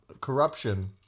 corruption